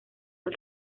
del